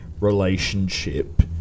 relationship